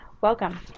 Welcome